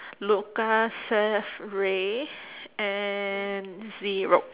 luka seth ray and zero